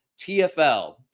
TFL